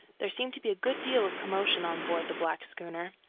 there seemed to be a good deal of commotion on board the black schooner,